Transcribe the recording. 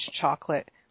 chocolate